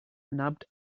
nabbed